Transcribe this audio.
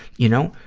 you know,